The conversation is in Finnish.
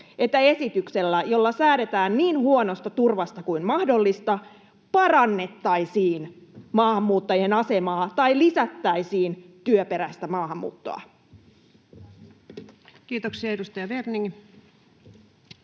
esityksellä, jolla säädetään niin huonosta turvasta kuin mahdollista, parannettaisiin maahanmuuttajien asemaa tai lisättäisiin työperäistä maahanmuuttoa. [Speech 122] Speaker: